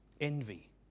envy